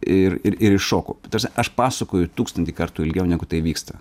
ir ir ir iššoku tarsi aš pasakoju tūkstantį kartų ilgiau negu tai vyksta